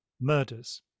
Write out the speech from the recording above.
murders